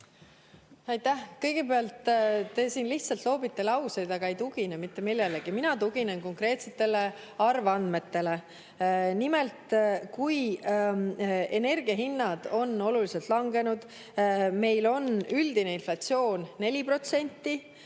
Aitäh! Kõigepealt, te siin lihtsalt loobite lauseid, aga ei tugine mitte millelegi. Mina tuginen konkreetsetele arvandmetele. Nimelt, energiahinnad on oluliselt langenud, meil on üldine inflatsioon 4%,